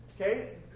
Okay